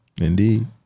Indeed